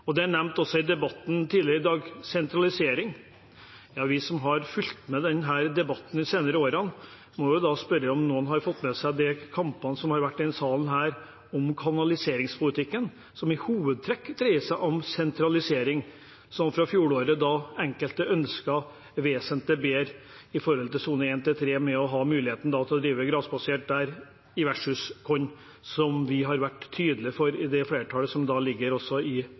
Sentralisering er også nevnt i debatten tidligere i dag. Ja, vi som har fulgt med i denne debatten de senere årene, må jo spørre om noen har fått med seg de kampene som har vært i denne salen om kanaliseringspolitikken, som i hovedtrekk dreier seg om sentralisering, som fra fjoråret, da enkelte ønsket vesentlig bedre muligheter til i sonene 1–3 å drive grasbasert versus korn, som vi har vært tydelig for i det flertallet som ligger inne mot regjeringen. Det tror jeg også